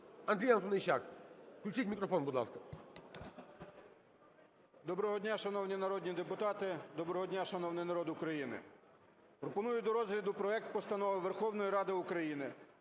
Андрій Антонищак. Включіть мікрофон, будь ласка. 11:18:14 АНТОНИЩАК А.Ф. Доброго дня, шановні народні депутати! Доброго дня, шановний народ України! Пропоную до розгляду проект Постанови Верховної Ради України